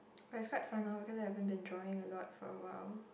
but it's quite fun loh because I haven't been drawing a lot for awhile